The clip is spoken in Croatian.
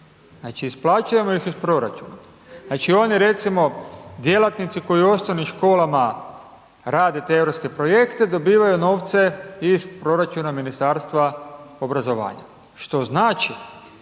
znači, isplaćujemo ih iz proračuna, znači, oni recimo djelatnici koji u osnovnim školama rade te europske projekte, dobivaju novce iz proračuna Ministarstva obrazovanja, što znači